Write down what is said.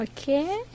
Okay